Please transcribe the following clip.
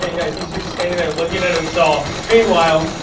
guys, he's just standing there looking at his saw. meanwhile